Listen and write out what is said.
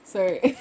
Sorry